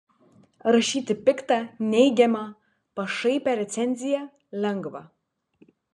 rašyti piktą neigiamą pašaipią recenziją lengva